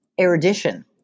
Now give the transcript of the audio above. erudition